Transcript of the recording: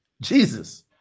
Jesus